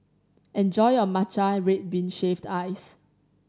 enjoy your matcha red bean shaved ice